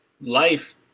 life